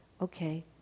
Okay